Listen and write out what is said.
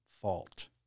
fault